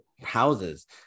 houses